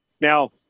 Now